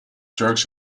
turks